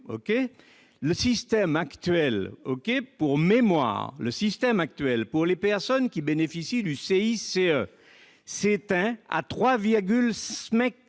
que vous évoquez. Pour mémoire, le système actuel pour les personnes qui bénéficient du CICE s'éteint à 3,5